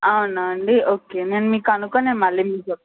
అవునా అండి ఓకే నేను మీకు కనుక్కొని నేను మళ్ళీ మీకు చెప్తాను